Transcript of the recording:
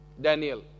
Daniel